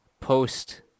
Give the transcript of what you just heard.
post